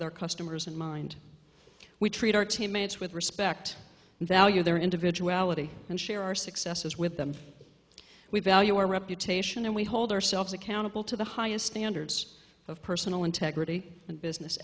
with our customers in mind we treat our teammates with respect and value their individuality and share our successes with them we value our reputation and we hold ourselves accountable to the highest standards of personal integrity and business